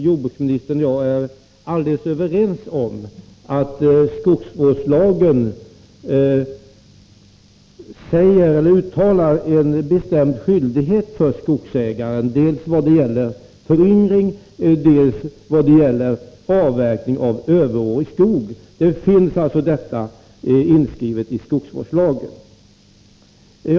Jordbruksministern och jag är nog alldeles överens om att skogsvårdslagen uttalar en bestämd skyldighet för skogsägaren dels i vad gäller föryngring, dels i vad gäller avverkning av överårig skog. Det finns inskrivet i skogsvårdslagen.